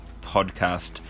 podcast